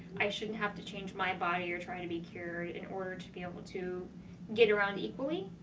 i shouldn't have to change my body or try to be cured in order to be able to get around equally.